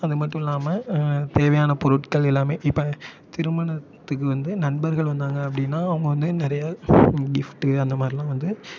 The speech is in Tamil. அது மட்டும் இல்லாமல் தேவையான பொருட்கள் எல்லாமே இப்போ திருமணத்துக்கு வந்து நண்பர்கள் வந்தாங்க அப்படின்னா அவங்க வந்து நிறைய கிஃப்ட்டு அந்த மாதிரில்லாம் வந்து